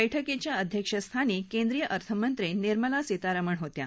बैठकीच्या अध्यक्षस्थानी केंद्रीय अर्थमंत्री निर्मला सीतारामन होत्या